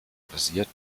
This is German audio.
basiert